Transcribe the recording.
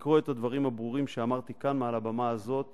לקרוא את הדברים הברורים שאמרתי כאן מעל הבמה הזאת